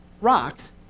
rocks